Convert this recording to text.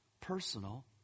personal